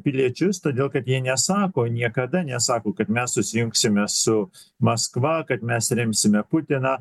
piliečius todėl kad jie nesako niekada nesako kad mes susijungsime su maskva kad mes remsime putiną